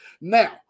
Now